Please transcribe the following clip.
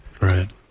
right